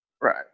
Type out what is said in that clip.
Right